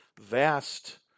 vast